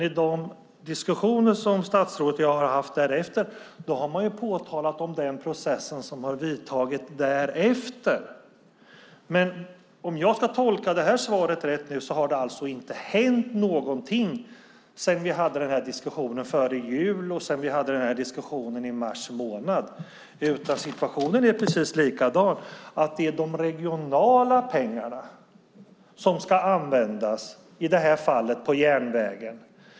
I de diskussioner som statsrådet och jag har haft därefter har hon påtalat den process som vidtagit därefter. Om jag ska tolka svaret rätt har det alltså inte hänt något sedan vi hade diskussionen före jul och i mars månad. Situationen är precis likadan, nämligen att det är de regionala pengarna som ska användas - i det här fallet på järnvägen.